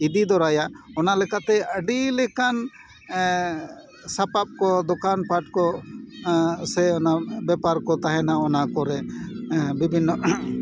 ᱤᱫᱤ ᱛᱚᱨᱟᱭᱟ ᱚᱱᱟ ᱞᱮᱠᱟᱛᱮ ᱟᱹᱰᱤ ᱞᱮᱠᱟᱱ ᱥᱟᱯᱟᱯ ᱠᱚ ᱫᱚᱠᱟᱱ ᱯᱟᱴ ᱠᱚ ᱥᱮ ᱚᱱᱟ ᱵᱮᱯᱟᱨ ᱠᱚ ᱛᱟᱦᱮᱱᱟ ᱚᱱᱟ ᱠᱚᱨᱮᱜ ᱵᱤᱵᱷᱤᱱᱱᱚ